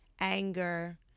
anger